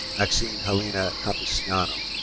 maxine helena campisciano.